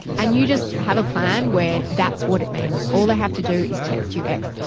and you just have a plan where that's what it means. all they have to do is text you x,